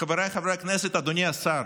חבריי חברי הכנסת, אדוני השר,